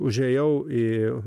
užėjau į